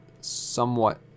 somewhat